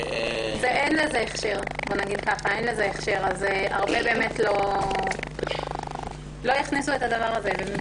אין לזה הכשר אז רבים לא הכניסו את הדבר הזה לביתם.